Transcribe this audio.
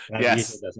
Yes